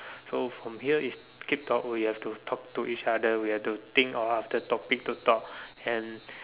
so from here is keep talk we have to talk to each other we have to think of other topic to talk and